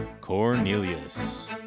Cornelius